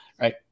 right